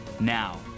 Now